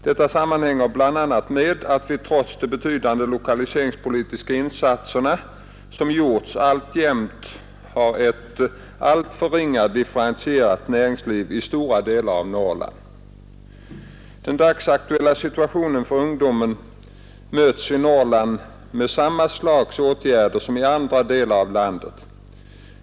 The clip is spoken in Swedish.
Detta sammanhänger bl.a. med att vi trots de betydande lokaliseringspolitiska insatser som gjorts alltjämt har ett alltför ringa differentierat näringsliv i stora delar av Norrland. Den dagsaktuella situationen för ungdomen möts i Norrland med samma slags åtgärder som i andra delar av landet.